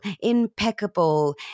impeccable